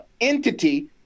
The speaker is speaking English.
entity